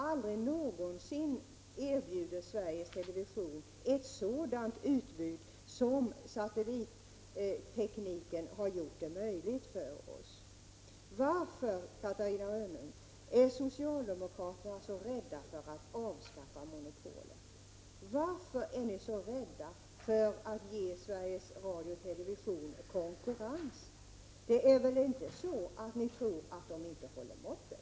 Aldrig någonsin erbjuder Sveriges Television ett sådant utbud som vi nu kan få tack vare satellittekniken. Varför, Catarina Rönnung, är socialdemokraterna så rädda för att avskaffa monopolet? Varför är ni så rädda för att ge Sveriges Radio konkurrens? Det är väl inte så att ni tror att man inte håller måttet?